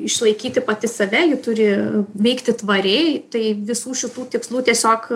išlaikyti pati save ji turi veikti tvariai tai visų šitų tikslų tiesiog